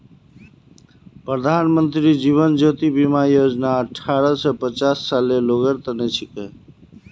प्रधानमंत्री जीवन ज्योति बीमा योजना अठ्ठारह स पचास सालेर लोगेर तने छिके